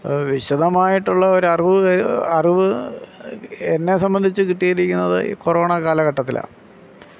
വിശദമായിട്ടുള്ള ഒരു അറിവ് അറിവ് എന്നെ സംബന്ധിച്ച് കിട്ടിയിരിക്കുന്നത് കൊറോണ കാലഘട്ടത്തിലാണ്